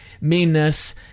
meanness